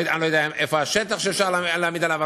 אני לא יודע איפה השטח שאפשר להעמיד עליו,